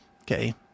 Okay